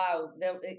wow